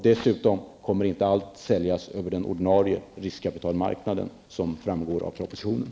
Dessutom kommer, som framgår av propositionen, inte allt att säljas över den ordinarie marknaden.